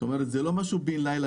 זאת אומרת זה לא משהו שקרה בין-לילה.